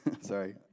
Sorry